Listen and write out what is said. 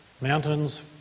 mountains